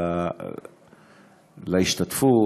להשתתפות,